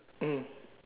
mm